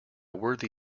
worthy